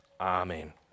Amen